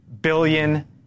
billion